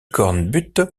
cornbutte